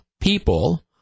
people